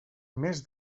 més